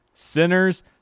sinners